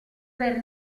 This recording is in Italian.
per